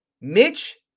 Mitch